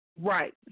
Right